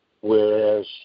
whereas